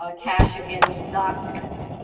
ah cash against documents.